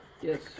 Yes